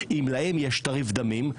אם להם תעריף דמים,